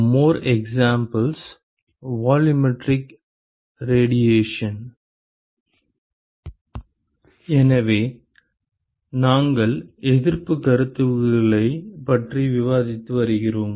மோர் examples volumetric radiation எனவே நாங்கள் எதிர்ப்புக் கருத்துகளைப் பற்றி விவாதித்து வருகிறோம்